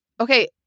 Okay